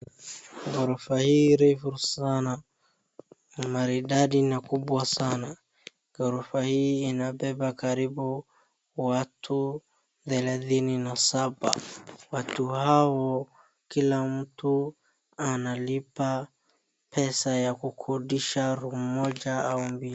Ghorofa hii refu sana, maridadi na kubwa sana, ghorofa hii inabeba karibu watu thelathini na saba, watu hao kila mtu analipa pesa ya kukodisha room moja au mbili.